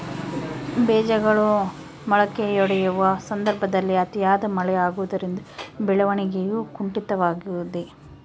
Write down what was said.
ಬೇಜಗಳು ಮೊಳಕೆಯೊಡೆಯುವ ಸಂದರ್ಭದಲ್ಲಿ ಅತಿಯಾದ ಮಳೆ ಆಗುವುದರಿಂದ ಬೆಳವಣಿಗೆಯು ಕುಂಠಿತವಾಗುವುದೆ?